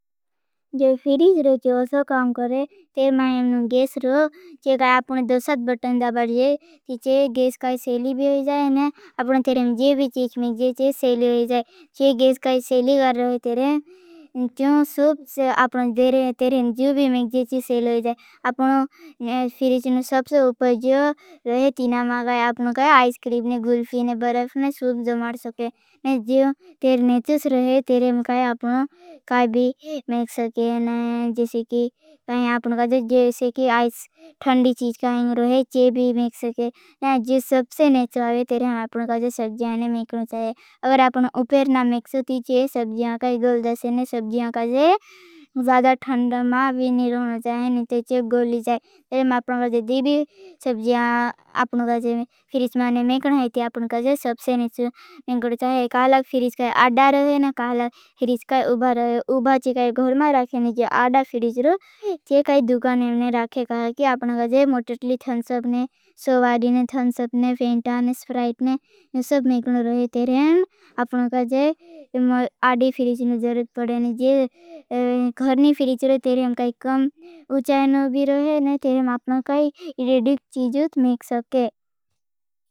जो फिरीज रोज्य ओसो काम करें। तेरे मां अपना गेश रो। जो काई आपने दो सथ बटन दबड़ जे। तेरे गेश काई सेली भी हो जाए। और अपना तेरे में जीवी चीच में जीवी चीच सेली हो जाए। अपना फिरीज ने सबसे उपर जो रोहे। तीना मां काई आपनो काई आईस क्रीब ने। गुल्फी ने, बरफ ने, सूप जमाड सके। जो तेरे नेचुस रोहे। तेरे में काई आपनो काई भी मेंग सके। जो सबसे नेचुस रोहे। तेरे में आपनो काई सबजाने में मेंग चाहे। आगर आपनो उपर ना मेंग सोती चे। सबजान काई गुल जासे ने सबजान काई। जे जादा ठंड़ा मां विनी रोहना चाहे। ने ते चे गुल ली चाहे। तेरे में आपनो काई जे दीवी सबजान आपनो काई जे फिरीज मेंने मेंकन है। ते आपनो काई जे सबसे नेचु मेंग चाहे। काहलाग फिरीज काई आड़ा रोहे। ने काहलाग फिरीज काई उबा रोहे उबा चे। काई घर में राखेने जे आड़ा फिरीज रो चे। काई दुखाने मेंने राखे काहा। कि आपनो काई जे मोटेटली थंसपने। सोवादीने थंसपने फेंटा ने स्प्राइटने ने सब मेंकनो रोहे। तेरें आपनो का जे आड़ा फिरीज ने जरूरत पड़ेने जे। घर ने फिरीज रो तेरें काई कम उचायनो भी रोहे ने तेरें। आपनो काई इरेडिक चीज़ूत मेंक सके।